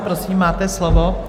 Prosím, máte slovo.